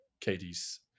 Katie's